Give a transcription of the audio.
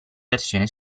versione